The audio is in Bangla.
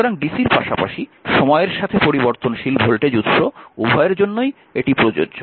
সুতরাং dc র পাশাপাশি সময়ের সাথে পরিবর্তনশীল ভোল্টেজ উৎস উভয়ের জন্যই এটি প্রযোজ্য